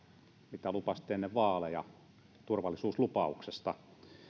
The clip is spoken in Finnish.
mitä lupasitte ennen vaaleja turvallisuuslupauksessa